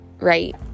right